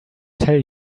tell